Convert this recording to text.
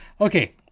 Okay